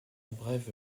brève